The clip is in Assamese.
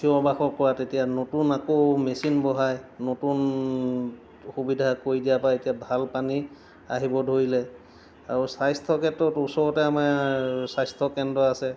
চিঞৰ বাখৰ কৰাত এতিয়া নতুন আকৌ মেচিন বঢ়াই নতুন সুবিধা কৰি দিয়াৰ পৰা এতিয়া ভাল পানী আহিব ধৰিলে আৰু স্বাস্থ্য ক্ষেত্ৰত ওচৰতে আমাৰ স্বাস্থ্য কেন্দ্ৰ আছে